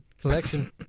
collection